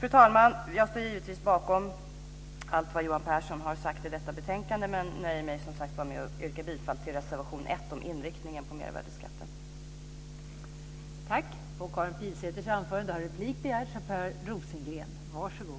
Fru talman! Jag står givetvis bakom allt vad Johan Pehrson har sagt i detta betänkande men nöjer mig som sagt var med att yrka bifall till reservation 2 om inriktningen på mervärdesskatten.